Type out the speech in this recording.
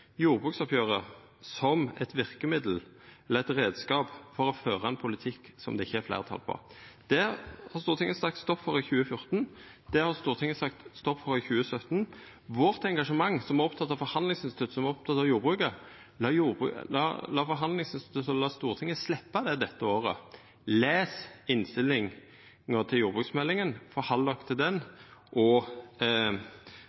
jordbruksoppgjeret som eit verkemiddel eller ein reiskap for å føra ein politikk som det ikkje er fleirtal for. Det sa Stortinget stopp for i 2014, og det sa Stortinget stopp for i 2017. Me som er engasjerte og opptekne av forhandlingsinstituttet i jordbruket, ber om at Stortinget slepp det dette året. Eg oppfordrar til å lesa innstillinga til jordbruksmeldinga, halde seg til